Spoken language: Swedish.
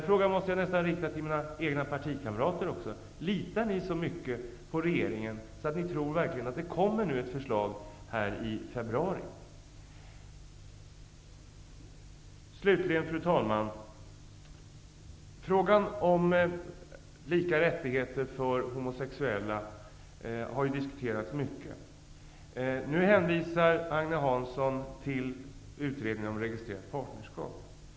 Jag måste nog rikta en fråga till mina partikamrater också: Litar ni så mycket på regeringen att ni tror att det kommer ett förslag i februari? Fru talman! Frågan om lika rättigheter för homosexuella har diskuterats mycket. Agne Hansson hänvisar nu till utredningen om registrerat partnerskap.